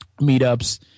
meetups